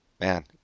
man